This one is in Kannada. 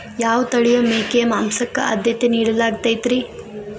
ಯಾವ ತಳಿಯ ಮೇಕೆ ಮಾಂಸಕ್ಕ, ಆದ್ಯತೆ ನೇಡಲಾಗತೈತ್ರಿ?